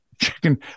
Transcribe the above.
chicken